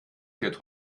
fährt